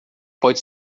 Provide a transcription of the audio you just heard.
pode